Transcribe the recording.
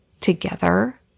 together